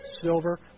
Silver